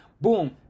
Boom